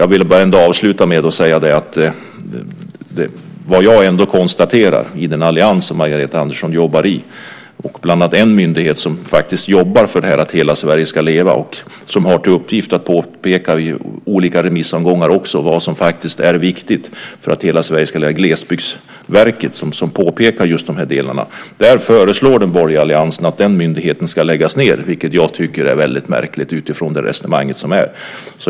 Jag vill avsluta med att säga att det finns en myndighet som faktiskt jobbar för att hela Sverige ska leva och som har till uppgift att i olika remissomgångar påpeka vad som är viktigt för att hela Sverige ska leva, nämligen Glesbygdsverket. Jag konstaterar att den borgerliga allians som Margareta Andersson jobbar i föreslår att den myndigheten ska läggas ned. Det tycker jag är väldigt märkligt utifrån det här resonemanget.